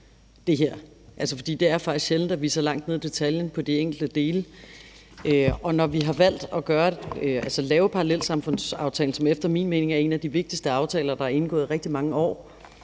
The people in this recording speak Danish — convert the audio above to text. det er faktisk sjældent, at vi går så langt ned i detaljen i de enkelte dele. Vi har valgt at lave parallelsamfundsaftalen, som efter min mening er en af de vigtigste aftaler, der er indgået i rigtig mange år,